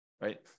right